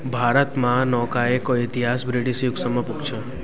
भारतमा नौकायको इतिहास ब्रिटिस युगसम्म पुग्छ